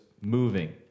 moving